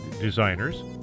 designers